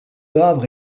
havre